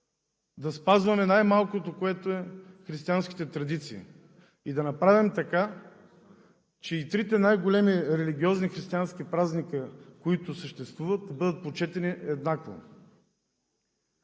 да спазваме най-малкото християнските традиции и да направим така, че и трите най-големи религиозни християнски празника, които съществуват, да бъдат почетени еднакво.